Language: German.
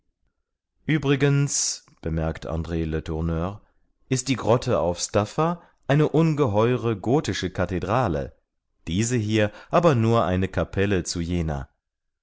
uebrigens bemerkt andr letourneur ist die grotte auf staffa eine ungeheure gothische kathedrale diese hier aber nur eine capelle zu jener